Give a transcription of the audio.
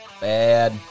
Bad